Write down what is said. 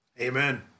amen